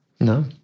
no